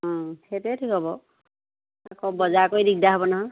সেইটোৱে ঠিক হ'ব আকৌ বজাৰ কৰি দিগদাৰ হ'ব নহয়